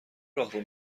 راهرو